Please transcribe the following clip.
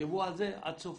תחשבו על זה עד סוף